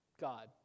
God